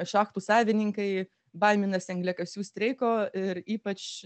šachtų savininkai baiminasi angliakasių streiko ir ypač